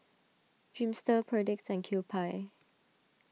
Dreamster Perdix and Kewpie